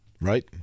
right